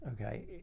okay